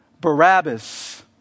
barabbas